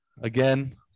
again